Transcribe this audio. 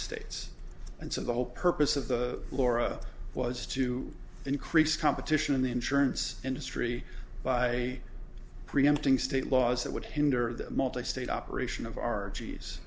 states and so the whole purpose of the laura was to increase competition in the insurance industry by preempting state laws that would hinder the multistate operation of our